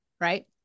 right